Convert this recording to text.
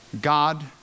God